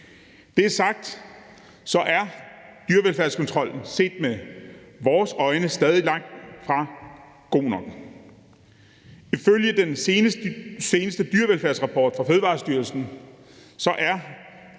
er sagt, så er dyrevelfærdskontrollen set med vores øjne stadig langt fra god nok. Ifølge den seneste dyrevelfærdsrapport fra Fødevarestyrelsen, er